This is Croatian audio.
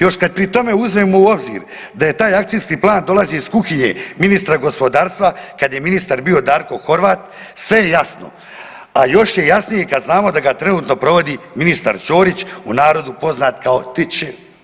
Još kad pri tome uzmemo u obzir da taj akcijski plan dolazi iz kuhinje ministra gospodarstva kad je ministar bio Darko Horvat sve je jasno, a još je jasnije kad znamo da ga trenutno provodi ministar Ćorić, u narodu poznat kao tć.